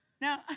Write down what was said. no